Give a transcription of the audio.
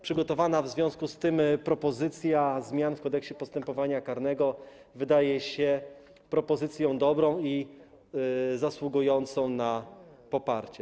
Przygotowana w związku z tym propozycja zmian w Kodeksie postępowania karnego wydaje się propozycją dobrą i zasługującą na poparcie.